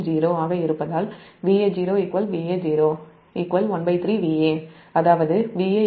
ஆக இருப்பதால் Va Vao 13Va அதாவது Va 3Vao